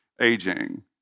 Aging